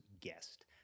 guest